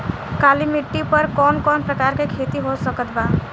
काली मिट्टी पर कौन कौन प्रकार के खेती हो सकत बा?